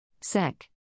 SEC